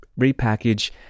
repackage